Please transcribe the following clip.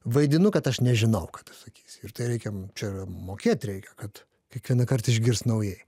vaidinu kad aš nežinau ką tu sakysi ir tai reikia čia mokėt reikia kad kiekvienąkart išgirst naujai